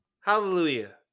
Hallelujah